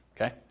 Okay